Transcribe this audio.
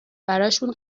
براشون